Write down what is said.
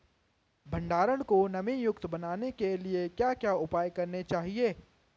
भंडारण को नमी युक्त बनाने के लिए क्या क्या उपाय करने चाहिए?